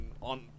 on